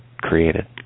created